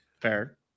Fair